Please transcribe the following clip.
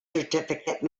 certificate